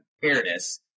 fairness